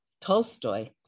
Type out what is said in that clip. Tolstoy